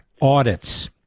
audits